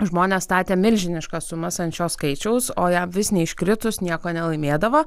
žmonės statė milžiniškas sumas ant šio skaičiaus o jam vis neiškritus nieko nelaimėdavo